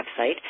website